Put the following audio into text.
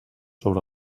sobre